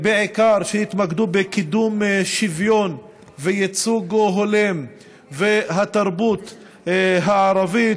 שהתמקדו בעיקר בקידום שוויון וייצוג הולם והתרבות הערבית,